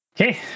Okay